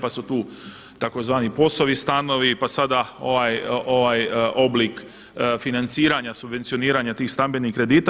Pa su tu tzv. POS-ovi stanovi, pa sada ovaj oblik financiranja, subvencioniranja tih stambenih kredita.